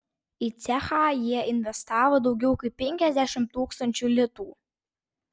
į cechą jie investavo daugiau kaip penkiasdešimt tūkstančių litų